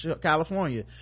California